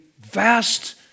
vast